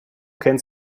kennt